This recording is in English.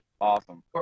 awesome